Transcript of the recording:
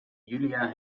julia